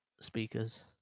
speakers